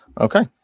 Okay